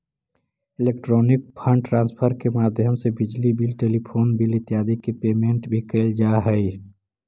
electronic fund transfer के माध्यम से बिजली बिल टेलीफोन बिल इत्यादि के पेमेंट भी कैल जा हइ